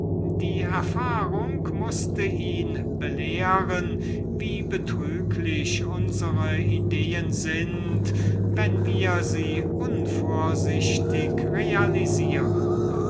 die erfahrung mußte ihn belehren wie betrüglich unsere ideen sind wenn wir sie unvorsichtig